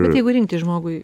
bet jeigu rinktis žmogui